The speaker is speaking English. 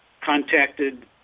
contacted